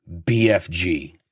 BFG